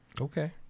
okay